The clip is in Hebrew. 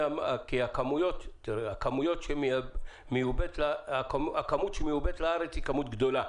כי הכמות שמיובאת לארץ היא כמות גדולה,